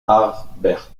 harbert